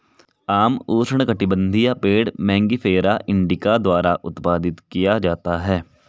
आम उष्णकटिबंधीय पेड़ मैंगिफेरा इंडिका द्वारा उत्पादित किया जाता है